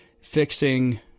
fixing